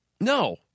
No